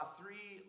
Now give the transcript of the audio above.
three